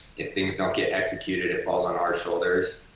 if things don't get executed it falls on our shoulders.